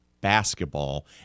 basketball